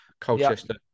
Colchester